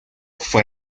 fue